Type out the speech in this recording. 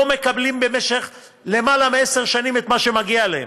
לא מקבלים במשך יותר מעשר שנים את מה שמגיע להם,